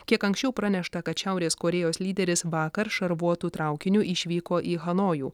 kiek anksčiau pranešta kad šiaurės korėjos lyderis vakar šarvuotu traukiniu išvyko į hanojų